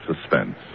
Suspense